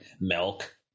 milk